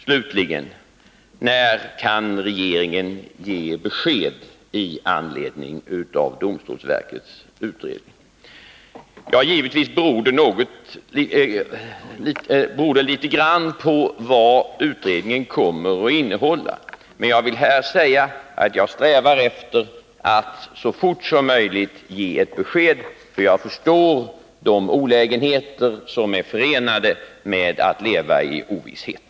Slutligen undrar frågeställarna: När kan regeringen ge besked i anledning av domstolsverkets utredning? Givetvis beror det litet grand på vad utredningen kommer att innehålla. Men jag vill här säga att jag strävar efter att så fort som möjligt ge ett besked, för jag förstår de olägenheter som är förenade med att leva i ovisshet.